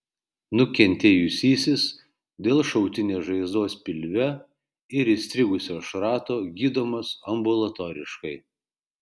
nukentėjusysis dėl šautinės žaizdos pilve ir įstrigusio šrato gydomas ambulatoriškai